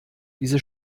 diese